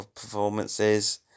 performances